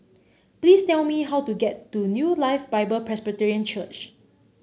please tell me how to get to New Life Bible Presbyterian Church